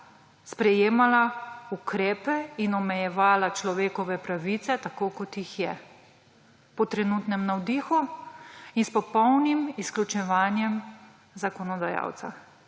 sprejemala ukrepe in omejevala človekove pravice tako, kot jih je, po trenutnem navdihu in s popolnim izključevanjem zakonodajalca.